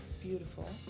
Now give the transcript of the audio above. beautiful